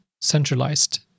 centralized